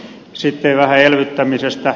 sitten vähän elvyttämisestä